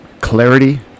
clarity